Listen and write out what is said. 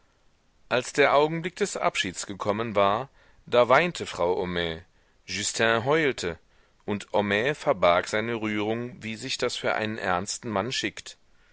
als der augenblick des abschieds gekommen war da weinte frau homais justin heulte und homais verbarg seine rührung wie sich das für einen ernsten mann schickt